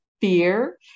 fear